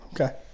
Okay